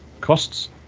costs